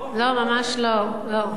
מה את